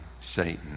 Satan